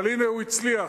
אבל הנה הוא הצליח.